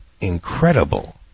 Incredible